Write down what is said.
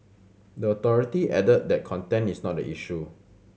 the authority added that content is not the issue